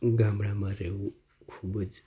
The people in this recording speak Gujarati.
ગામડામાં રહેવું ખૂબ જ